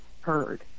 heard